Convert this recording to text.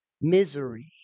misery